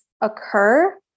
occur